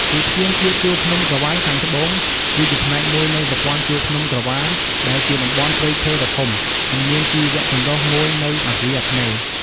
ឧទ្យានជាតិជួរភ្នំក្រវាញខាងត្បូង គឺជាផ្នែកមួយនៃប្រព័ន្ធជួរភ្នំក្រវាញដែលជាតំបន់ព្រៃឈើដ៏ធំ និងមានជីវៈចម្រុះមួយនៅអាស៊ីអាគ្នេយ៍។